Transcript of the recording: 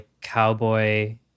cowboy